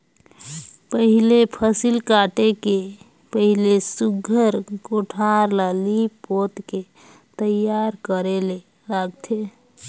पहिले फसिल काटे के पहिले सुग्घर कोठार ल लीप पोत के तइयार करे ले लागथे